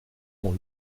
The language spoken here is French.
ont